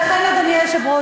איזה עם?